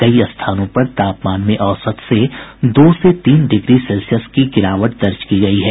कई स्थानों पर तापमान में औसत से दो से तीन डिग्री सेल्सियस की गिरावट दर्ज की गयी है